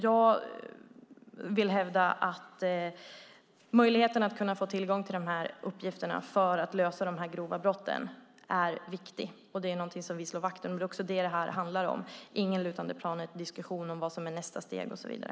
Jag vill hävda att möjligheten att kunna få tillgång till dessa uppgifter för att lösa grova brott är viktig, och det är något som vi slår vakt om. Det är detta det handlar om - ingen sluttande-planet-diskussion om vad som är nästa steg och så vidare.